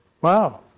wow